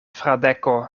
fradeko